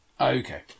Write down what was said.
Okay